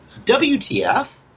WTF